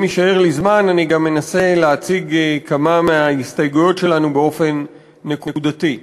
אם יישאר לי זמן אני אנסה להציג כמה מההסתייגויות שלנו באופן נקודתי.